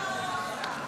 תודה.